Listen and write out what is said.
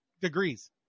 degrees